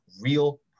real